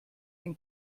den